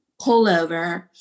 pullover